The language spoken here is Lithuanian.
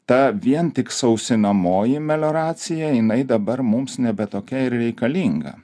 ta vien tik sausinamoji melioracija jinai dabar mums nebe tokia ir reikalinga